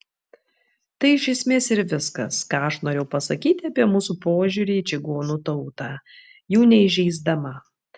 tai iš esmės ir viskas ką aš norėjau pasakyti apie mūsų požiūrį į čigonų tautą jų neįžeisdama